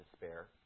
despair